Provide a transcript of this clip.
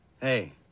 Hey